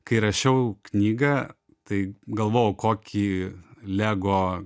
kai rašiau knygą tai galvojau kokį lego